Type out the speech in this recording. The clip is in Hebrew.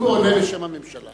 הוא עונה בשם הממשלה.